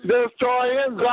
Destroying